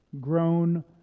grown